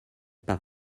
par